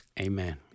Amen